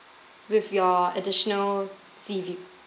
with your additional sea view